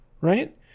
Right